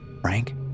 Frank